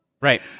Right